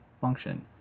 function